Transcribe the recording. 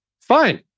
Fine